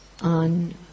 on